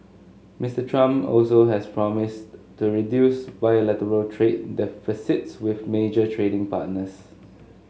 Mister Trump also has promised to reduce bilateral trade deficits with major trading partners